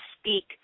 speak